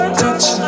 touch